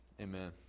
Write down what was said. amen